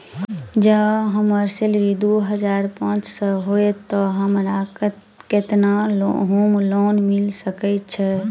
जँ हम्मर सैलरी दु हजार पांच सै हएत तऽ हमरा केतना होम लोन मिल सकै है?